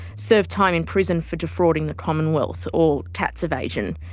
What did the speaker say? served time in prison for defrauding the commonwealth, or tax evasion.